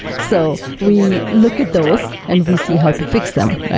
so we look at those and we see how to fix them.